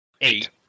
Eight